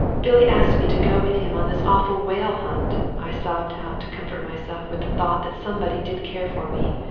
billy asked me to go with him on this awful whale-hunt! i sobbed out to comfort myself with the thought that somebody did care for me,